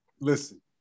Listen